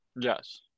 yes